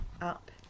up